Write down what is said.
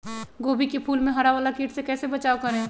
गोभी के फूल मे हरा वाला कीट से कैसे बचाब करें?